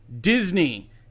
Disney